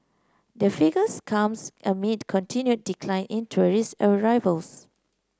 the figures comes amid continued decline in tourist arrivals